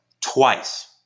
Twice